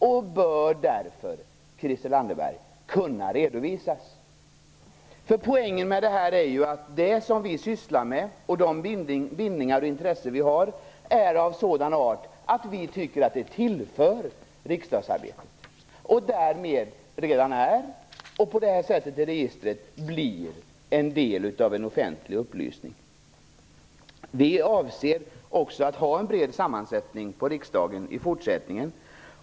Det bör därför, Christel Anderberg, kunna redovisas. Poängen med detta är ju att det som vi sysslar med och de bindningar och intressen som vi har är av sådan art att vi tycker att det tillför riksdagsarbetet något, och därmed blir registret en del av en offentlig upplysning. Vi avser också att ha en bred sammansättning i riksdagen i fortsättningen.